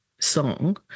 song